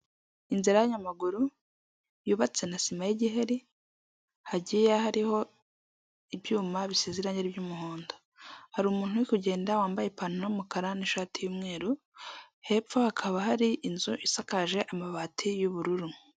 Inzira y'abanyamaguru yubatse na sima y'igiheri hagiye hariho ibyuma biseze irange ry'umuhondo, hari umuntu uri kugenda wambaye ipantaro y'umukara n'ishati y'umweru, hepfo hakaba hari inzu isakaje amabati y'ubururu.